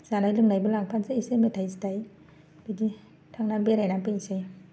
जानाय लोंनायबो लांफानोसै इसे मेथाय सेथाय बिदि थांना बेरायना फैनोसै